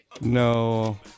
No